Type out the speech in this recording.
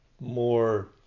more